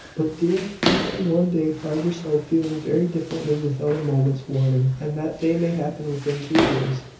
but, dear, you may one day find yourself feeling very differently without a moment's warning and that day may happen within two years.